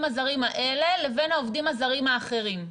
הזרים האלה לבין העובדים הזרים האחרים.